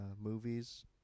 movies